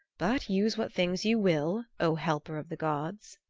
but use what things you will, o helper of the gods.